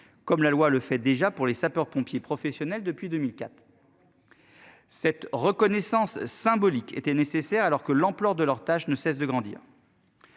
comme la loi le fait déjà pour les sapeurs-pompiers professionnels depuis 2004. Cette reconnaissance symbolique était nécessaire, alors que l'ampleur de leur tâche ne cesse de grandir.